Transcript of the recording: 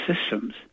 systems